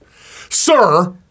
Sir